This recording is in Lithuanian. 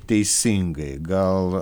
teisingai gal